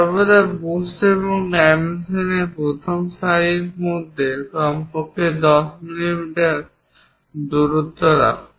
সর্বদা বস্তু এবং ডাইমেনশনর প্রথম সারির মধ্যে কমপক্ষে 10 মিমি দূরত্ব রাখুন